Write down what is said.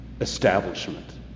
establishment